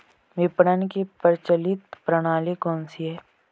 विपणन की प्रचलित प्रणाली कौनसी है?